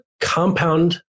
compound